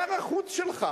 שר החוץ שלך